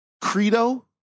credo